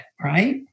right